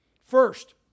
First